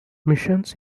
missions